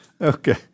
okay